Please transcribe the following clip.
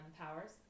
Powers